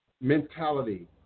mentality